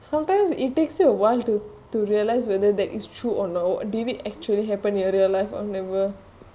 sometimes it takes you awhile to to realise whether that is true or not did it actually happen in real life or never